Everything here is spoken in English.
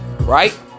right